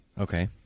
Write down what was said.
Okay